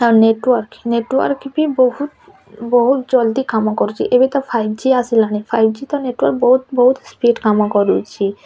ହଁ network network ବି ବହୁତ ବହୁତ ଜଲ୍ଦି କାମ କରୁଛି ଏବେ ତ ଫାଇଭ୍ ଜି ଆସିଲାଣି ଫାଇଭ୍ ଜି ତ ନେଟ୍ୱାର୍କ ବହୁତ ବହୁତ ସ୍ପିଡ଼୍ କାମ କରୁଛି